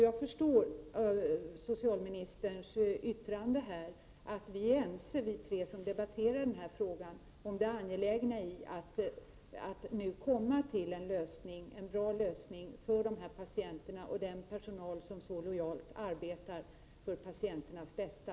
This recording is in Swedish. Jag förstår sociälministerns yttrande här om att vi tre som debatterar nu är ense om det angelägna i att man nu kommer fram till en bra lösning för dessa patienter och den personal som så lojalt arbetar för patienternas bästa.